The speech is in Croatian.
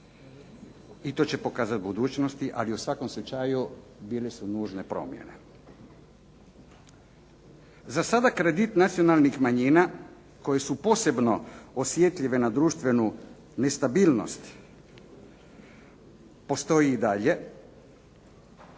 i to će pokazati budućnost. Ali u svakom slučaju bile su nužne promjene. Za kredit nacionalnih manjina koje su posebno osjetljive na društvenu nestabilnost postoji i dalje